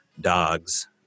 dogs